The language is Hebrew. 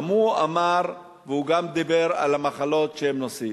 וגם הוא אמר, דיבר על המחלות שהם נושאים.